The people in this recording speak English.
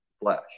Flesh